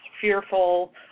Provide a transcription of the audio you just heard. fearful